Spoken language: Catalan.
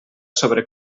sobre